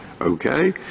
Okay